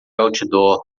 outdoor